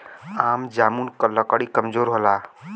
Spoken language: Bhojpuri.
आम जामुन क लकड़ी कमजोर होला